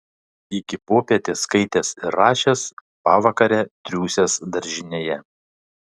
iki popietės skaitęs ir rašęs pavakare triūsęs daržinėje